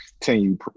continue